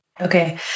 Okay